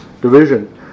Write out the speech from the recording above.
Division